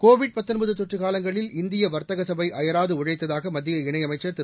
Covid தொற்று காலங்களில் இந்திய வர்த்தக சபை அயராது உழைத்ததாக மத்திய இணை அமைச்சர் திரு